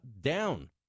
down